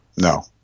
No